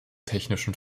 technischen